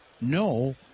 No